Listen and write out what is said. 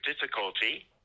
difficulty